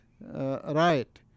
riot